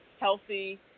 healthy